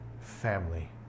family